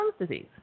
disease